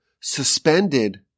suspended